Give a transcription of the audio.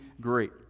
Great